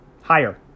Higher